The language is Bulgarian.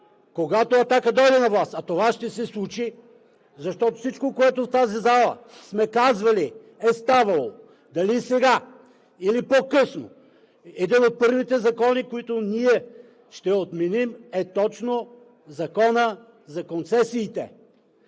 когато „Атака“ дойде на власт, а това ще се случи, защото всичко, което в тази зала сме казвали, е ставало дали сега или по-късно. Един от първите закони, които ние ще отменим, е точно Закона за концесиите,